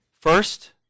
first